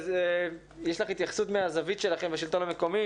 יש לך התייחסות מהזווית שלכם בשלטון המקומי?